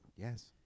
Yes